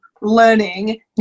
learning